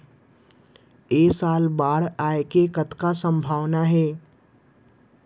ऐ साल बाढ़ आय के कतका संभावना हे?